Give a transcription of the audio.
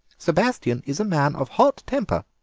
sebastien is a man of hot temper.